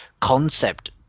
concept